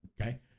Okay